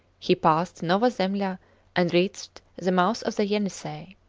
he passed nova zembla and reached the mouth of the yenisei.